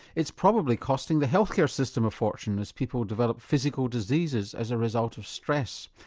it's probably costing the health care system a fortune as people develop physical diseases as a result of stress.